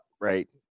right